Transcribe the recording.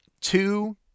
Two